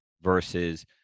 versus